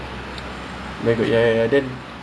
I wanna play Animal Crossing